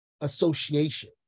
association